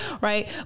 right